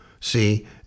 see